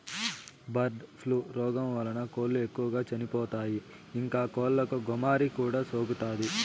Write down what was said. bird flu రోగం వలన కోళ్ళు ఎక్కువగా చచ్చిపోతాయి, ఇంకా కోళ్ళకు గోమారి కూడా సోకుతాది